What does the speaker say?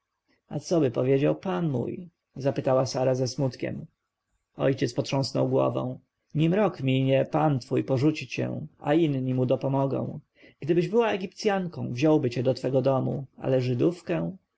coby powiedział pan mój zapytała sara ze smutkiem ojciec potrząsnął głową nim rok minie pan twój porzuci cię a inni mu dopomogą gdybyś była egipcjanką wziąłby cię do swego domu ale żydówkę